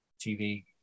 tv